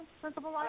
Principal